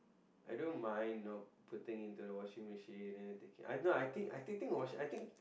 I don't mind know putting into the washing machine and then taking no I think I think think washing I think